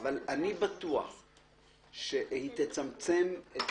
אבל הוא היה מצמצם את